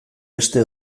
aste